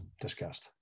discussed